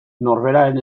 norberaren